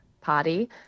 party